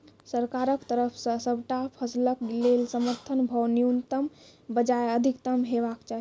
सरकारक तरफ सॅ सबटा फसलक लेल समर्थन भाव न्यूनतमक बजाय अधिकतम हेवाक चाही?